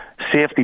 safety